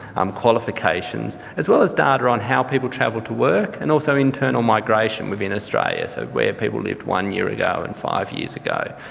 um qualifications. as well as data on how people travel to work and also internal migration within australia. so where ah people lived one year ago and five years ago.